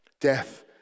Death